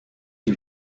lui